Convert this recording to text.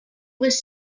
was